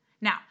Now